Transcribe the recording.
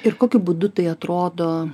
ir kokiu būdu tai atrodo